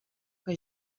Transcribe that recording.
que